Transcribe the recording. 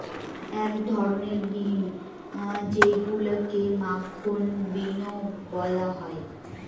এক ধরনের বিন যেইগুলাকে মাখন বিনও বলা হয়